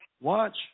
Watch